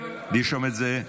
לרשום את זה.